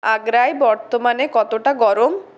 আগ্রায় বর্তমানে কতটা গরম